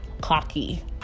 cocky